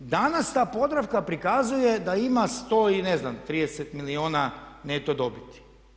Danas ta podravka prikazuje da ima, ne znam 130 milijuna neto dobiti.